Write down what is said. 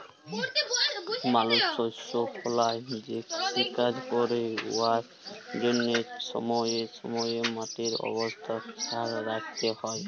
মালুস শস্য ফলাঁয় যে কিষিকাজ ক্যরে উয়ার জ্যনহে ছময়ে ছময়ে মাটির অবস্থা খেয়াল রাইখতে হ্যয়